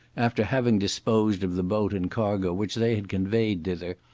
after having disposed of the boat and cargo which they had conveyed thither,